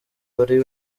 wari